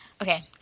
Okay